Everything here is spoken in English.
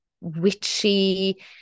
witchy